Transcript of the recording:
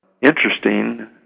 interesting